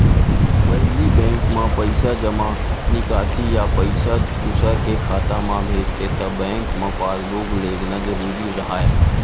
पहिली बेंक म पइसा जमा, निकासी या पइसा दूसर के खाता म भेजथे त बेंक म पासबूक लेगना जरूरी राहय